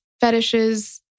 fetishes